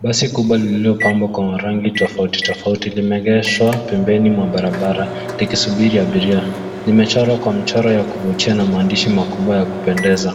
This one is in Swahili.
Basi kubwa lililopambwa kwa rangi tofauti tofauti limeegeshwa pembeni mwa barabara likisubiri abiria. Limechorwa kwa michoro ya kuvutia na maandishi makubwa ya kupendeza